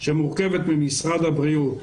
שמורכבת ממשרד הבריאות,